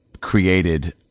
created